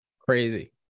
Crazy